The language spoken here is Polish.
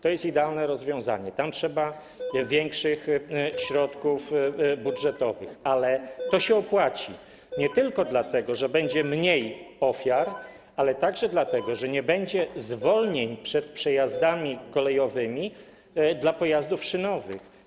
To jest idealne rozwiązanie, tam trzeba większych środków budżetowych, ale to się opłaci, nie tylko dlatego że będzie mniej ofiar, ale także dlatego że nie będzie konieczności zwalniania przed przejazdami kolejowymi dla pojazdów szynowych.